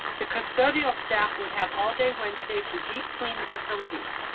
the custodial staff would have all day wednesday to deep clean the facilities.